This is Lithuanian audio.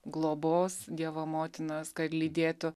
globos dievo motinos kad lydėtų